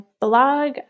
blog